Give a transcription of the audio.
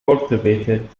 cultivated